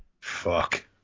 Fuck